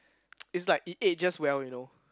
is like it ages well you know